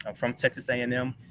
from texas a and m,